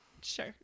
Sure